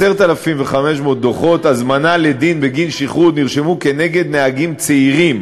10,500 דוחות הזמנה לדין בגין שכרות נרשמו כנגד נהגים צעירים